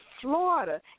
Florida